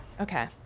Okay